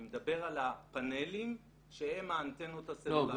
אני מדבר על הפאנלים שהם האנטנות הסלולריות.